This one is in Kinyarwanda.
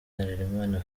harerimana